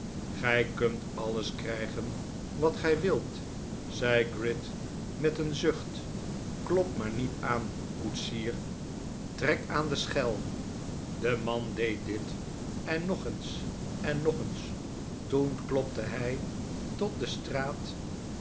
gij kunt alles krijgen wat gij wilt zei gride met een zucht klop maar niet aan koetsier trek aan de schel de man deed dit en nog eens en nog eens toen klopte hij tot de straat